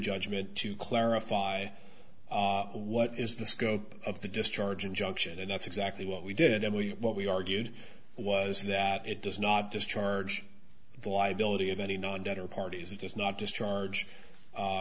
judgment to clarify what is the scope of the discharge injunction and that's exactly what we did and what we argued was that it does not discharge the liability of any non debtor parties that does not discharge